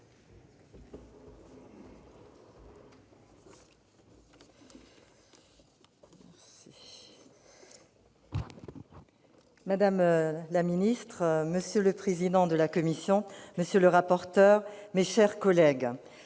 madame la secrétaire d'État, monsieur le président de la commission, monsieur le rapporteur, mes chers collègues,